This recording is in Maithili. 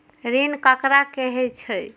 ऋण ककरा कहे छै?